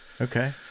okay